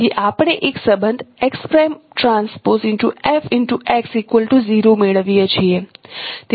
તેથી આપણે એક સંબંધ મેળવીએ છીએ